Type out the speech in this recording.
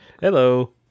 Hello